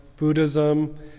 Buddhism